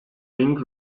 ring